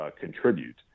contribute